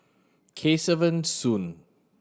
Kesavan Soon